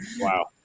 wow